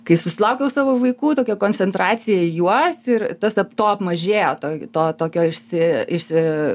kai susilaukiau savo vaikų tokia koncentracija juose ir tas apto apmažėjo to iki to tokio išsi išsi